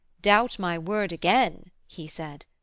doubt my word again he said.